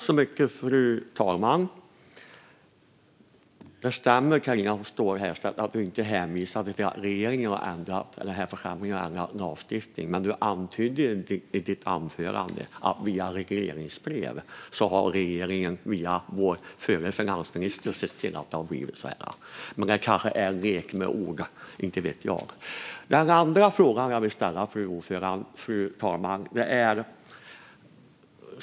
Fru talman! Det stämmer, Carina Ståhl Herrstedt, att du inte hänvisade till att regeringen eller denna församling har ändrat lagstiftningen. Men du antydde i ditt anförande att regeringen via regleringsbrev och via vår förra finansminister har sett till att det har blivit så här. Det kanske är en lek med ord, inte vet jag. Jag har en annan fråga som jag vill ställa, fru talman.